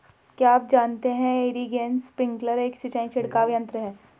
क्या आप जानते है इरीगेशन स्पिंकलर एक सिंचाई छिड़काव यंत्र है?